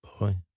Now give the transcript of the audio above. Boy